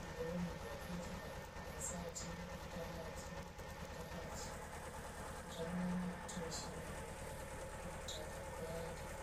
mlemuya kitika ansa ti inda hati. inda hati utamemanya kutok weshilima maimuya niktadha kuaya ndifo